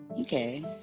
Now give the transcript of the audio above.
Okay